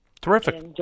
Terrific